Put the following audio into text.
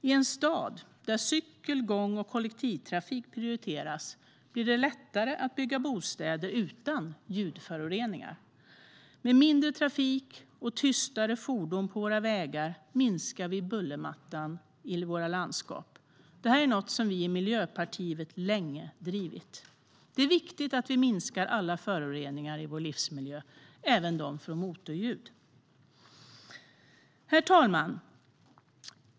I en stad där cykel, gång och kollektivtrafik prioriteras blir det lättare att bygga bostäder utan ljudföroreningar. Med mindre trafik och tystare fordon på våra vägar minskar vi bullermattan i våra landskap. Det här är något som vi i Miljöpartiet länge drivit. Det är viktigt att vi minskar alla föroreningar i vår livsmiljö, även dem från motorljud. Herr ålderspresident!